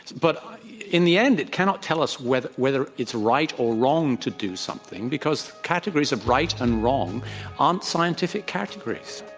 but in the end it cannot tell us whether whether it's right or wrong to do something because categories of right and wrong aren't scientific categories.